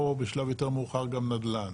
או בשלב יותר מאוחר גם נדל"ן,